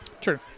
True